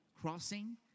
crossing